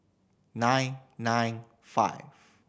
nine nine five